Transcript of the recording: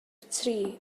tri